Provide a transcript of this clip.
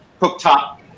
cooktop